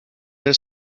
del